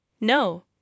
No